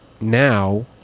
now